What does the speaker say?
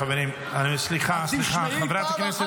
חברים, סליחה, סליחה, חברת הכנסת.